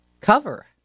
cover